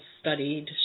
studied